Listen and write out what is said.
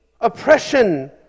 oppression